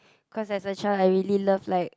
cause there's a chance I really love like